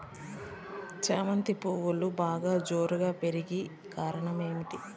చామంతి పువ్వులు బాగా జోరుగా పెరిగేకి కారణం ఏమి?